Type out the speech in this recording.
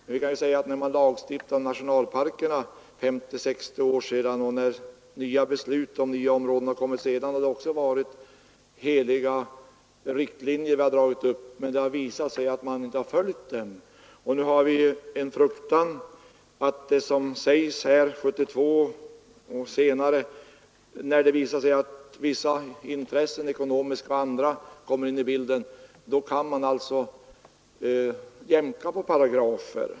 Men när vi lagstiftade om nationalparker för 50—60 år sedan och när beslut om nya områden senare har fattats, har det varit heliga riktlinjer som dragits upp. Det har dock visat sig att man inte har följt dem. Vi fruktar att man börjar jämka på riktlinjerna från år 1972 och senare, när det visar sig att ekonomiska och vissa andra intressen kommer in i bilden.